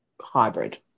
hybrid